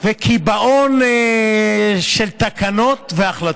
וקיבעון של תקנות והחלטות.